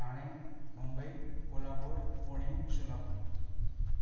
Thane Mumbai Kolhapur Pune Solapur